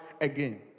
again